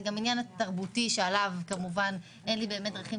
זה גם עניין תרבותי שעליו כמובן אין לי באמת דרכים